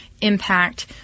impact